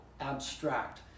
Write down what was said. abstract